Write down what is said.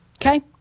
okay